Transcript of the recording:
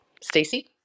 Stacey